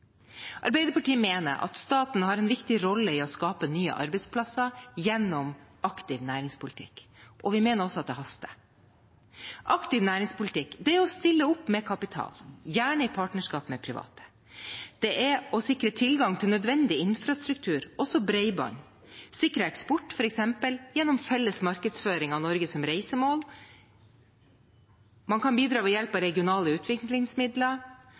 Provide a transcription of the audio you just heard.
Arbeiderpartiet mener at staten har en viktig rolle i å skape nye arbeidsplasser gjennom aktiv næringspolitikk, og vi mener også at det haster. Aktiv næringspolitikk er å stille opp med kapital, gjerne i partnerskap med private, det er å sikre tilgang til nødvendig infrastruktur, også bredbånd, sikre eksport, f.eks. gjennom felles markedsføring av Norge som reisemål, og man kan bidra ved hjelp av regionale utviklingsmidler.